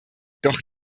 doch